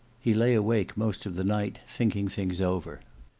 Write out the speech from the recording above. he lay awake most of the night thinking things over.